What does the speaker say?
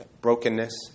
Brokenness